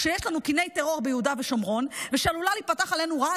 כשיש לנו קיני טרור ביהודה ושומרון ושעלולה להיפתח עלינו רעה,